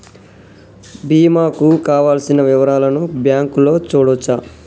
బీమా కు కావలసిన వివరాలను బ్యాంకులో చూడొచ్చా?